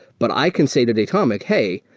but i can say to datomic, hey,